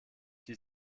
die